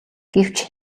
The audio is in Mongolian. гэвч